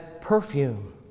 perfume